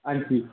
हां जी